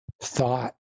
thought